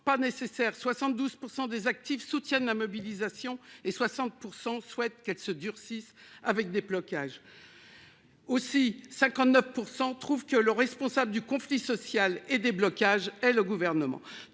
pas nécessaire. 72% des actifs soutiennent la mobilisation et 60% souhaitent qu'elle se durcisse avec des blocages. Aussi 59% trouvent que le responsable du conflit social et déblocage et le gouvernement.